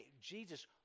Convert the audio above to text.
Jesus